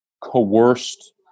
coerced